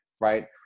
right